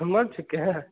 समझ चुके हैं